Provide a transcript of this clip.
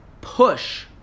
push